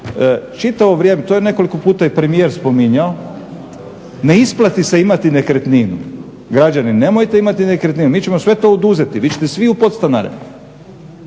Čitavo vrijeme, to je nekoliko puta i premijer spominjao. Ne isplati se imati nekretninu. Građani nemojte imati nekretninu. Mi ćemo sve to oduzeti, vi ćete svi u podstanare.